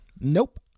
Nope